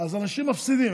אז אנשים מפסידים.